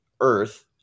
earth